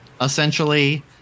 essentially